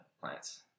plants